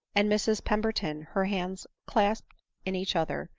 and mrs pemberton, her hands clasped in each other,